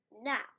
now